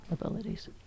abilities